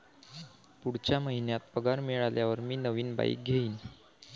पुढच्या महिन्यात पगार मिळाल्यावर मी नवीन बाईक घेईन